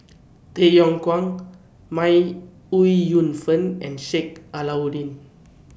Tay Yong Kwang May Ooi Yu Fen and Sheik Alau'ddin